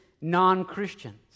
non-Christians